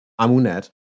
Amunet